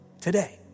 today